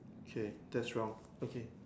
okay that's wrong okay